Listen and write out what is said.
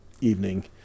evening